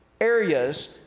areas